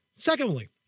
Secondly